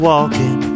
Walking